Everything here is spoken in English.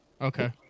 Okay